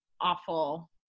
awful